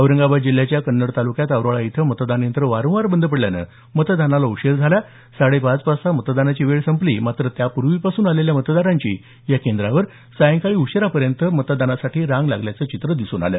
औरंगाबाद जिल्ह्याच्या कन्नड तालुक्यात औराळा इथं मतदान यंत्र वारंवार बंद पडल्यानं मतदानाला उशीर झाला साडे पाच वाजता मतदानाची वेळ संपली मात्र त्या पूर्वीपासून आलेल्या मतदारांची या केंद्रांवर सायंकाळी उशीरापर्यंत मतदानासाठी रांग लागल्याचं चित्र दिसून आलं